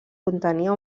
contenia